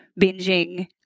binging